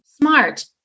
smart